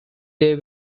they